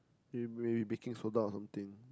maybe baking soda or something